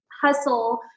hustle